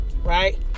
right